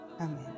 Amen